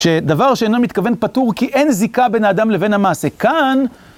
שדבר שאינו מתכוון פטור, כי אין זיקה בין האדם לבין המעשה. כאן...